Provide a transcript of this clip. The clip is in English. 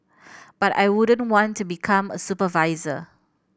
but I wouldn't want to become a supervisor